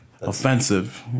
Offensive